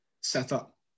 setup